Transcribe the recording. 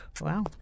Wow